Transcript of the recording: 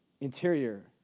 Interior